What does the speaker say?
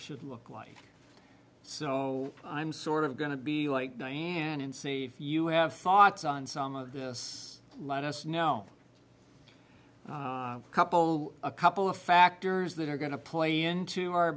should look like so i'm sort of going to be like diane and see if you have thoughts on some of this let us know couple a couple of factors that are going to play into our